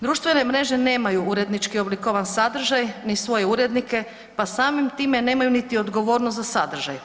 Društvene mreže nemaju urednički oblikovan sadržaj ni svoje urednike pa samim time nemaju niti odgovornost za sadržaj.